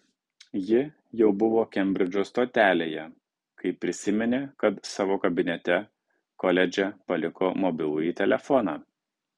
ji jau buvo kembridžo stotelėje kai prisiminė kad savo kabinete koledže paliko mobilųjį telefoną